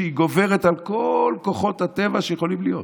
שהיא גוברת על כל כוחות הטבע שיכולים להיות.